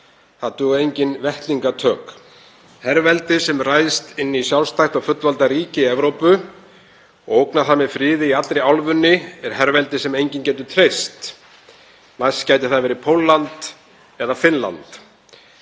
Það duga engin vettlingatök. Herveldi sem ræðst inn í sjálfstætt og fullvalda ríki Evrópu og ógnar þar með friði í allri álfunni, er herveldi sem enginn getur treyst. Næst gæti það verið Pólland eða Finnland.